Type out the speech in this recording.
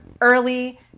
early